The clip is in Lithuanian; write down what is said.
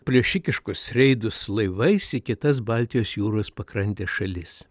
plėšikiškus reidus laivais į kitas baltijos jūros pakrantės šalis